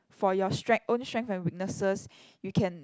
for your strength own strength and weaknesses you can